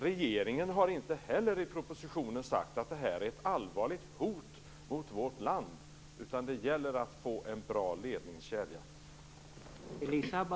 Regeringen har inte heller i propositionen sagt att det här är ett allvarligt hot mot vårt land. Det gäller att få en bra ledningskedja.